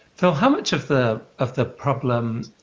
phil, how much of the of the problem